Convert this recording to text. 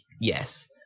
Yes